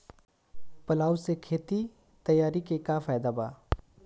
Plough से खेत तैयारी के का फायदा बा?